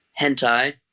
hentai